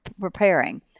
preparing